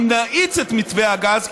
אם נאיץ את מתווה הגז,